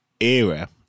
era